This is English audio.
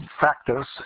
factors